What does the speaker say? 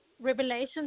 revelations